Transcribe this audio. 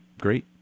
great